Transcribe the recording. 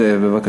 מס'